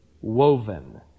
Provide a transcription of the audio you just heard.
woven